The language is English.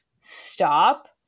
Stop